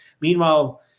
Meanwhile